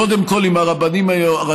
קודם כול עם הרבנים הראשיים,